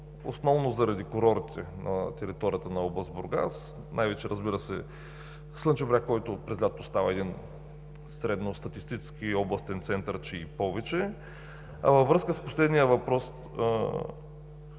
Основно заради курортите на територията на област Бургас, най-вече, разбира се, Слънчев бряг, който през лятото става един средностатистически областен център, че и повече. Във връзка с последния въпрос,